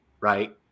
Right